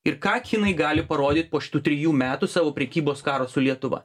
ir ką kinai gali parodyt po šitų trijų metų savo prekybos karo su lietuva